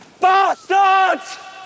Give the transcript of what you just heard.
Bastards